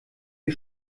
wir